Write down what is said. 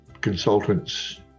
consultants